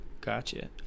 Gotcha